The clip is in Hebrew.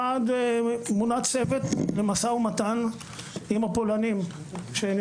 מונה צוות למשא ומתן עם הפולנים בו חברים